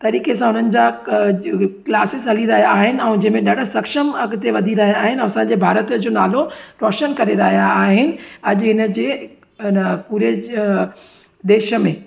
तरीक़े सां हुननि जा क जेकी क्लासिस हली रहिया आहिनि ऐं जंहिंमें ॾाढा सक्षम अॻिते वधी रहिया आहिनि असांजे भारत जो नालो रोशन करे रहिया आहिनि अॼु हिन जी अन पूरे ज देश में